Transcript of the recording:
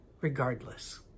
regardless